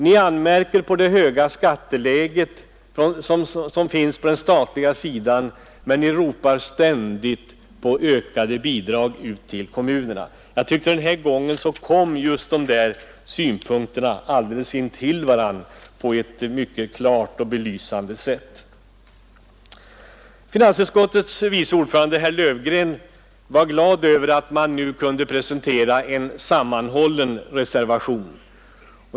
Ni anmärker på det höga skatteläget på den statliga sidan, men ni ropar ständigt på ökade bidrag till kommunerna. Den här gången kom just de synpunkterna alldeles intill varandra på ett mycket klart och avslöjande sätt. Finansutskottets vice ordförande, herr Löfgren, var glad över att man nu kunde presentera en sammanhållen reservation.